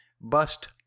Bust